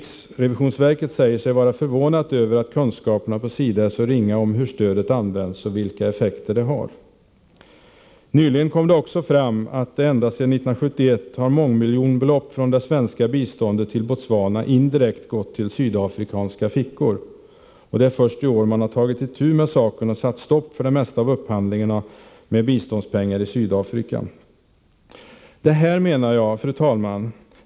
Riksrevisionsverket säger sig vara förvånat över att kunskaperna på SIDA om hur stödet används och vilka effekter det har är så ringa. Nyligen kom det också fram att mångmiljonbelopp från det svenska biståndet till Botswana ända sedan 1971 indirekt hamnat i sydafrikanska fickor. Det är först i år man har tagit itu med saken och satt stopp för det mesta av upphandlingen med biståndspengar i Sydafrika. Fru talman!